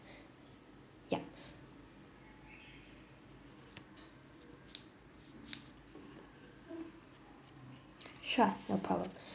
yup sure no problem